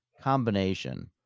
combination